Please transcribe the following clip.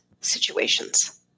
situations